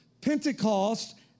Pentecost